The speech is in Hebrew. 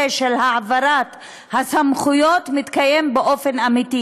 של העברת הסמכויות מתקיים באופן אמיתי.